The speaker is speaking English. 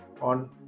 on